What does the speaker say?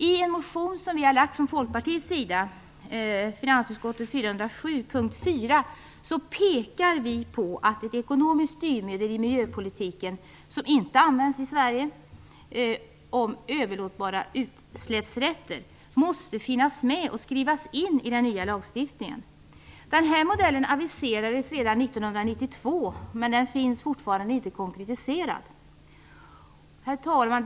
I en motion som vi i Folkpartiet har väckt, Fi407, punkt 4, pekar vi på att ett ekonomiskt styrmedel i miljöpolitiken som inte används i Sverige, nämligen överlåtbara utsläppsrätter, måste skrivas in i den nya lagstiftningen. Denna modell aviserades redan 1982, men den är fortfarande inte konkretiserad. Herr talman!